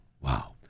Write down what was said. Wow